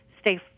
stay